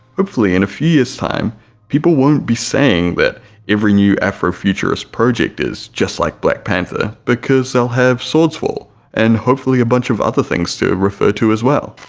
hopefully in a few years time people won't be saying that every new afro-futurist project is just like black panther because they'll have swordsfall and hopefully a bunch of other things to refer to as well!